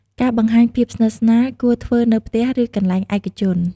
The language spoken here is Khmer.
ការបង្ហាញភាពស្និទ្ធស្នាលគួរធ្វើនៅផ្ទះ ឬកន្លែងឯកជន។